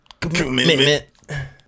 Commitment